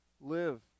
live